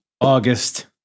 August